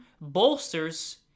bolsters